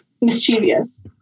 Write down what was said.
mischievous